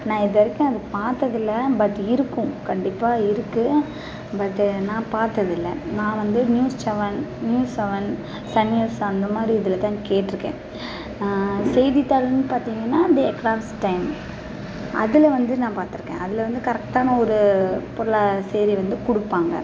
நான் இது வரைக்கும் அது பார்த்ததில்ல பட் இருக்கும் கண்டிப்பாக இருக்குது பட்டு நான் பார்த்ததில்ல நான் வந்து news seven news seven sun news அந்த மாதிரி இதில் தான் கேட்டிருக்கேன் செய்தித்தாள்னு பார்த்திங்கன்னா த எக்கனாமிஸ் டைம் அதில் வந்து நான் பார்த்துருக்கேன் அதில் வந்து கரெக்டான ஒரு பொருளாதார சேவை வந்து கொடுப்பாங்க